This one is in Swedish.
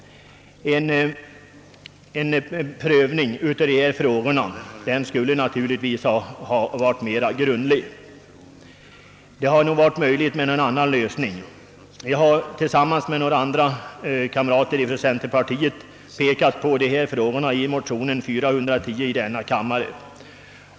Prövningen av denna fråga skulle naturligtvis ha varit mera grundlig. Det hade förmodligen varit möjligt med en annan lösning. Jag har tillsammans med några kamrater i centerpartiet pekat på dessa frågor i motion nr 410 i denna kammare.